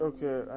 Okay